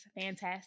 fantastic